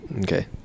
Okay